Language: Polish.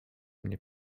mnie